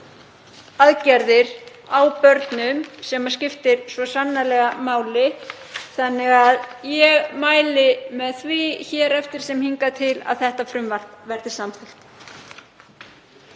aðgerðir á börnum, sem skiptir svo sannarlega máli. Ég mæli því með því hér eftir sem hingað til að þetta frumvarp verði samþykkt.